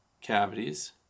cavities